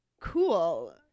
Cool